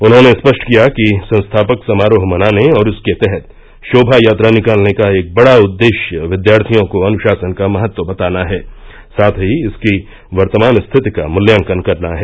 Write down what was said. उन्होंने स्पष्ट किया कि संस्थापक समारोह मनाने और इसके तहत शोभा यात्रा निकालने का एक बड़ा उद्देश्य विद्यार्थियों को अनुशासन का महत्व बताना है साथ ही इसकी वर्तमान स्थिति का मूल्यांकन करना है